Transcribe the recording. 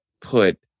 put